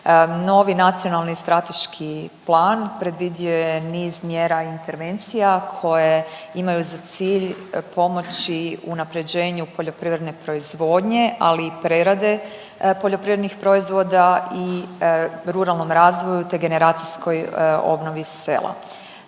Novi Nacionalni strateški plan predvidio je niz mjera i intervencija koje imaju za cilj pomoći unapređenju poljoprivredne proizvodnje, ali i prerade poljoprivrednih proizvoda i ruralnom razvoju te generacijskoj obnovi sela.